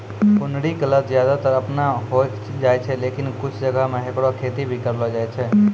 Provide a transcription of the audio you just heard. कुनरी के लत ज्यादातर आपनै होय जाय छै, लेकिन कुछ जगह मॅ हैकरो खेती भी करलो जाय छै